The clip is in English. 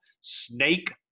Snake